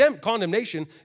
Condemnation